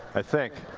i think.